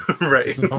Right